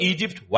Egypt